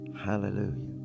Hallelujah